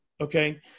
Okay